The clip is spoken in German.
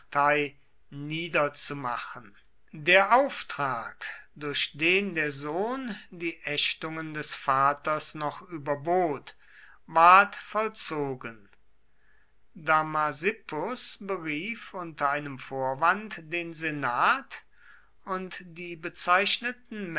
niederzumachen der auftrag durch den der sohn die ächtungen des vaters noch überbot ward vollzogen damasippus berief unter einem vorwand den senat und die bezeichneten